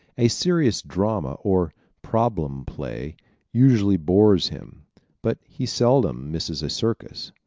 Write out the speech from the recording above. a serious drama or problem play usually bores him but he seldom misses a circus.